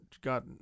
got